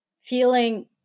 feeling